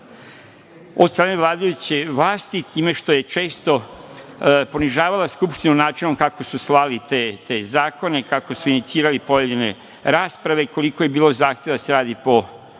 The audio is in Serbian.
Od strane vladajuće vlasti time što je često ponižavala Skupštinu načinom kako su slali te zakone, kako su inicirali pojedine rasprave, koliko je bilo zahteva da se radi po hitnom